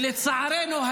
ולצערנו,